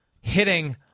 hitting